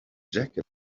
jacket